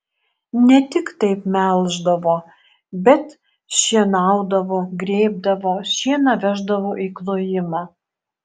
ne tik taip melždavo bet šienaudavo grėbdavo šieną veždavo į klojimą